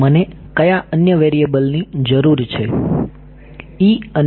મને કયા અન્ય વેરિએબલ ની જરૂર છે અને